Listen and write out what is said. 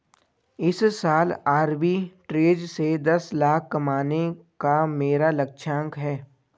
इस साल arbitrage से दस लाख कमाने का मेरा लक्ष्यांक है